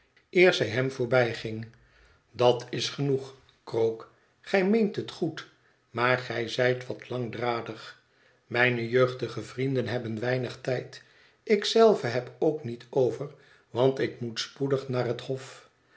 zij hem voorbijging dat is genoeg krook gij meent het goed maar ge zijt wat langdradig mijne jeugdige vrienden hebben weinig tijd ik zelve heb ook niet over want ik moet spoedig naar het hof